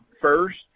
first